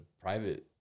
private